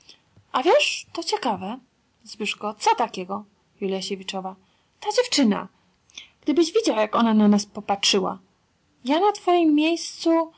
a wiesz to ciekawe co takiego ta dziewczyna gdybyś widział jak ona na nas popatrzyła ja na twojem miejscu